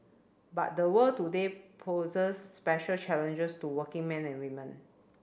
but the world today poses special challenges to working men and women